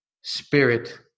spirit